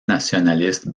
nationaliste